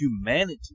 humanity